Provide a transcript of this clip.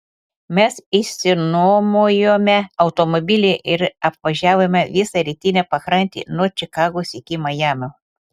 mes išsinuomojome automobilį ir apvažiavome visą rytinę pakrantę nuo čikagos iki majamio